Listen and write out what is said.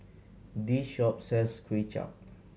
this shop sells Kway Chap